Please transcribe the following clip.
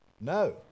No